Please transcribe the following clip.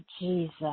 Jesus